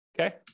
okay